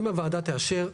אם הוועדה תאשר,